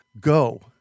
Go